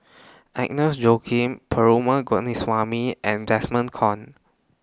Agnes Joaquim Perumal Govindaswamy and Desmond Kon